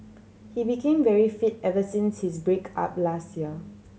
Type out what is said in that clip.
he became very fit ever since his break up last year